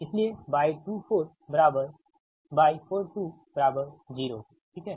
इसीलिए Y24Y420 ठीक है